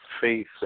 faith